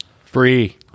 Free